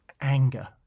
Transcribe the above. anger